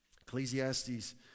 Ecclesiastes